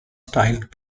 styled